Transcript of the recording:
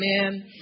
Amen